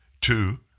Two